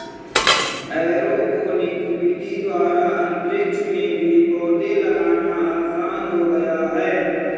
aeroponics विधि द्वारा अंतरिक्ष में भी पौधे लगाना आसान हो गया है